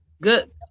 Good